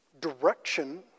direction